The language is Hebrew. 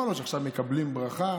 והוא אמר לו שעכשיו מקבלים ברכה,